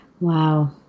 Wow